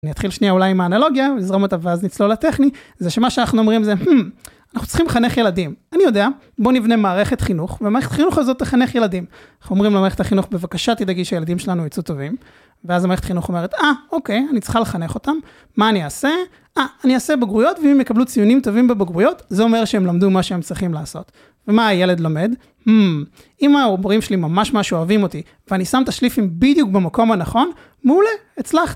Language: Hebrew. אני אתחיל שנייה אולי עם האנלוגיה, נזרום אותה, ואז נצלול לטכני, זה שמה שאנחנו אומרים זה, אה, אנחנו צריכים לחנך ילדים. אני יודע, בוא נבנה מערכת חינוך, ומערכת החינוך הזאת תחנך ילדים. אנחנו אומרים למערכת החינוך, בבקשה תדאגי שהילדים שלנו יצאו טובים. ואז המערכת החינוך אומרת, אה, אוקיי, אני צריכה לחנך אותם, מה אני אעשה? אה, אני אעשה בגרויות, אם הם יקבלו ציונים טובים בבגרויות, זה אומר שהם למדו מה שהם צריכים לעשות. ומה הילד לומד? אמא, ההוברים שלי ממש-ממש אוהבים אותי, ואני שם את השליפים בדיוק במקום הנכון? מעולה, הצלחתי!